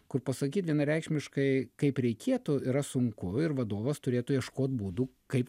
kur pasakyt vienareikšmiškai kaip reikėtų yra sunku ir vadovas turėtų ieškot būdų kaip